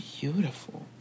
beautiful